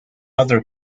other